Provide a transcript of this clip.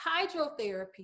Hydrotherapy